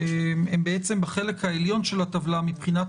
הם בעצם בחלק העליון של הטבלה מבחינת